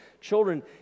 children